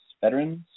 veterans